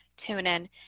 TuneIn